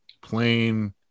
plain